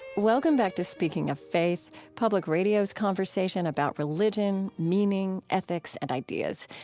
welcome back to speaking of faith, public radio's conversation about religion, meaning, ethics and ideas.